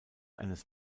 eines